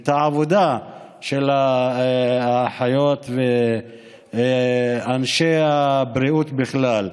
ואת העבודה של האחיות ושל אנשי הבריאות בכלל.